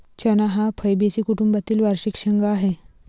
चणा हा फैबेसी कुटुंबातील वार्षिक शेंगा आहे